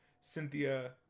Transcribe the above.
Cynthia